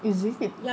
is it